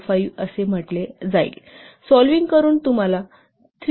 05 असे म्हटले जाईल सोलविंग करून तुम्हाला 302